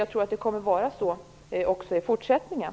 Jag tror att det kommer att vara så också i fortsättningen.